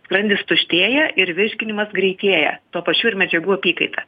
skrandis tuštėja ir virškinimas greitėja tuo pačiu ir medžiagų apykaita